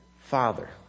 Father